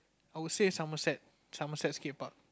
I would say Somerset Somerset scape-park